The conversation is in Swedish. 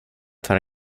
tar